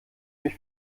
mich